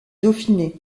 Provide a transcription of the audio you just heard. dauphiné